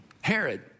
Herod